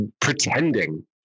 pretending